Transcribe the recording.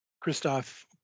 Christoph